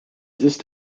ist